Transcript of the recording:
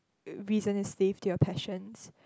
reason is slave to your passions